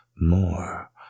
more